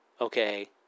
okay